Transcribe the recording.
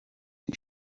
die